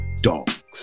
dogs